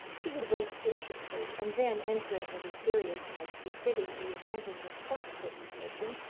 he would wait patiently, and then entering with a seriousness befitting the imagined importance of his mission,